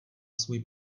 svůj